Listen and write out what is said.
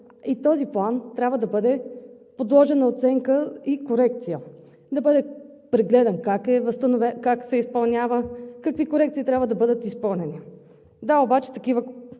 и този план трябва да бъде подложен на оценка и корекция, да бъде прегледан как се изпълнява, какви корекции трябва да бъдат изпълнени? Да, обаче такива